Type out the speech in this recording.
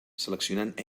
seleccionant